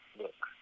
look